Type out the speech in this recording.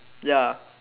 ya